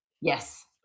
yes